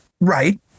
Right